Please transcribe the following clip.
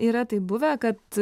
yra taip buvę kad